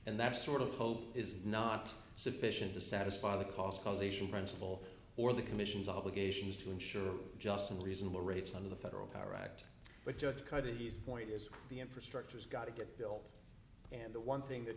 and that sort of hope is not sufficient to satisfy the cost causation principle or the commission's obligations to ensure just and reasonable rates on the federal power act but just cutting these pointers the infrastructure has got to get built and the one thing that